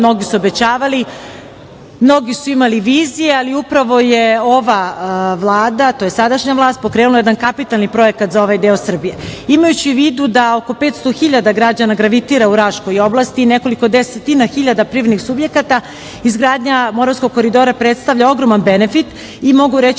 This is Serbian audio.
mnogi su obećavali, mnogi su imali vizije, ali upravo je ova Vlada tj. sadašnja vlast pokrenula jedan kapitalni projekat za ovaj deo Srbije. Imajući u vidu da oko 500 hiljada građana gravitira u Raškoj oblasti, nekoliko desetina hiljada privrednih subjekata, izgradnja Moravskog koridora predstavlja ogroman benefit i mogu reći